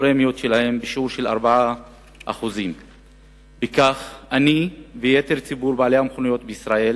הפרמיות שלהם בשיעור של 4%. בכך אני ויתר ציבור בעלי המכוניות בישראל